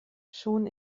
schon